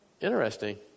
Interesting